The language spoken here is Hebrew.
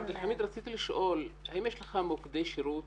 עבד אלחמיד, רציתי לשאול, האם יש לך מוקדי שירות